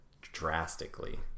drastically